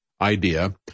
idea –